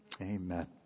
Amen